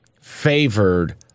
favored